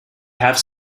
have